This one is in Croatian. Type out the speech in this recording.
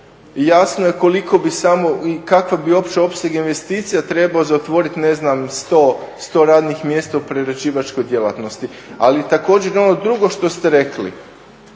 jasno je koliko bi samo i kakav bi uopće opseg investicija trebao za otvoriti ne znam 100 radnih mjesta u prerađivačkoj djelatnosti. Ali također na ono drugo što ste rekli,